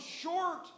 short